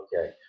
Okay